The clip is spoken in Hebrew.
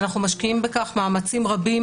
אנחנו משקיעים בכך מאמצים רבים,